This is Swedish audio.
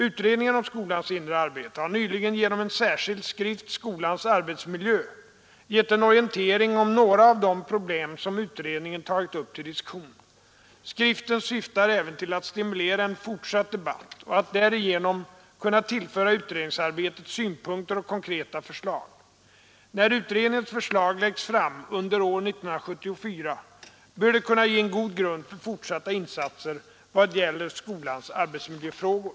Utredningen om skolans inre arbete har nyligen genom en särskild skrift — Skolans arbetsmiljö — gett en orientering om några av de problem som utredningen tagit upp till diskussion. Skriften syftar även till att stimulera en fortsatt debatt och att därigenom kunna tillföra utredningsarbetet synpunkter och konkreta förslag. När utredningens förslag läggs fram under år 1974, bör de kunna ge en god grund för fortsatta insatser i vad gäller skolans arbetsmiljöfrågor.